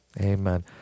Amen